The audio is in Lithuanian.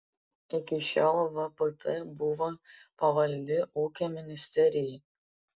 iki šiol vpt buvo pavaldi ūkio ministerijai